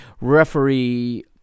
Referee